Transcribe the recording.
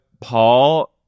Paul